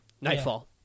Nightfall